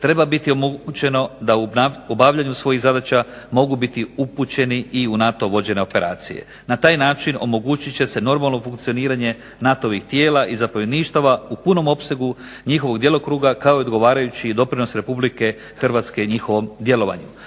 treba biti omogućeno da u obavljanju svojih zadaća mogu biti upućeni i u NATO vođene operacije. Na taj način omogućit će se normalno funkcioniranje NATO-vih tijela i zapovjedništava u punom opsegu njihovog djelokruga kao i odgovarajući doprinos RH njihovom djelovanju.